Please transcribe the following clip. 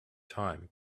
time